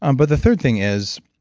um but the third thing is,